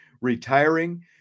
retiring